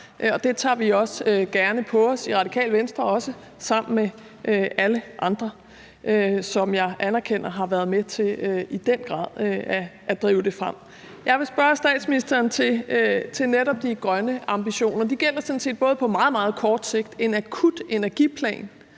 det tager vi også gerne på os i Radikale Venstre – også sammen med alle andre, som jeg anerkender har været med til i den grad at drive det her frem. Jeg vil spørge statsministeren til netop de grønne ambitioner. De gælder sådan set på meget, meget kort sigt i forhold til en akut energiplan,